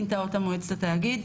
מינתה אותה מועצת התאגיד,